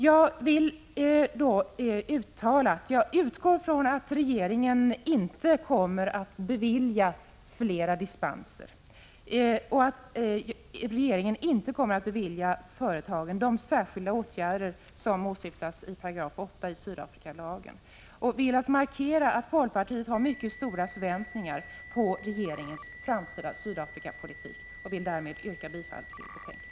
Jag vill uttala att jag utgår från att regeringen inte kommer att bevilja fler dispenser och att regeringen inte kommer att bevilja företagen de särskilda åtgärder som åsyftas i 8 § i Sydafrikalagen och ber att få markera att folkpartiet har mycket stora förväntningar på regeringens framtida Sydafrikapolitik. Jag yrkar bifall till utskottets hemställan.